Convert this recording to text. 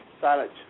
Silence